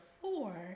four